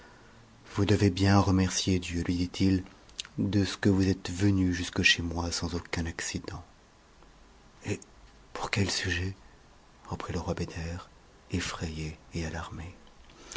vous devez bien remercier dieu lui dit-il de ce que vous êtes venu jusque chez moi sans aucun accident eh pour quel sujet reprit le roi beder effrayé et alarmé